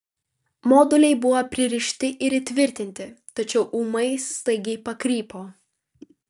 moduliai buvo pririšti ir įtvirtinti tačiau ūmai staigiai pakrypo